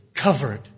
Covered